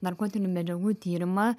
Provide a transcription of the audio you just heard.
narkotinių medžiagų tyrimą